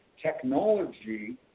technology –